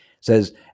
says